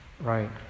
right